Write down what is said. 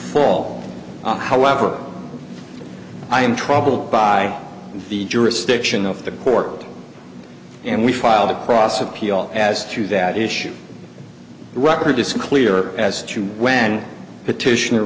fall however i am troubled by the jurisdiction of the court and we filed across appeal as to that issue record is clear as to when petition